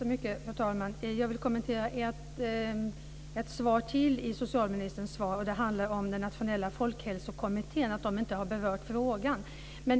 Fru talman! Jag vill kommentera en sak till i socialministerns svar, nämligen att den nationella folkhälsokommittén inte har berört frågan.